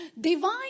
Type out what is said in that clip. Divine